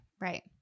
Right